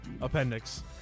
appendix